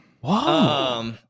Wow